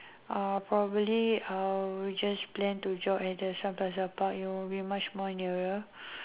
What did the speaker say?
uh probably uh will just plan to jog at the sun plaza park it will be much more nearer